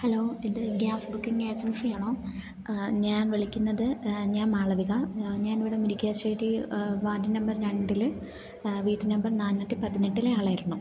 hello ഇത് gas booking agency ആണോ ഞാൻ വിളിക്കുന്നത് ഞാൻ മാളവിക ഞാനിവിടെ മുരിക്കാശ്ശേരി വാർഡ് നമ്പർ രണ്ടില് വീട്ട് നമ്പർ നാനൂറ്റി പതിനെട്ടിലെ ആളായിരുന്നു